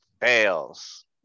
fails